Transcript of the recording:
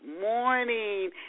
morning